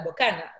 Bocana